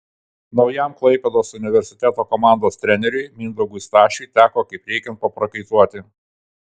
naujam klaipėdos universiteto komandos treneriui mindaugui stašiui teko kaip reikiant paprakaituoti